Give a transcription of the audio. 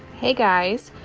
hey, guys,